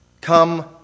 come